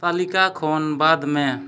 ᱛᱟᱹᱞᱤᱠᱟ ᱠᱷᱚᱱ ᱵᱟᱫ ᱢᱮ